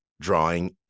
drawing